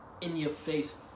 in-your-face